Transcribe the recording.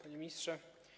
Panie Ministrze!